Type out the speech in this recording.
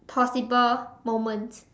possible moment